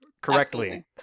correctly